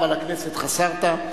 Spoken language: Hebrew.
אבל לכנסת חסרת.